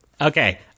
Okay